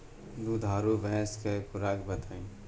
दुधारू भैंस के खुराक बताई?